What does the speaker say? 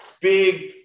big